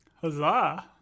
huzzah